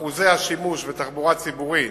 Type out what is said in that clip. אחוזי השימוש בתחבורה הציבורית